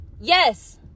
yes